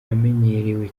amenyerewe